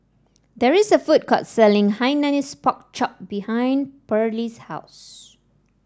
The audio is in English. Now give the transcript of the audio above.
there is a food court selling Hainanese Pork Chop behind Perley's house